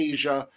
Asia